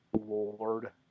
Lord